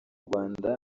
rwanda